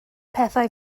pethau